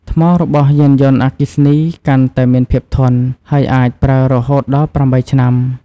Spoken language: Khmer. ថ្មរបស់យានយន្តអគ្គីសនីកាន់តែមានភាពធន់ ហើយអាចប្រើរហូតដល់ 8 ឆ្នាំ។